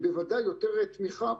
בוודאי יותר תמיכה,